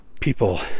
people